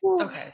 Okay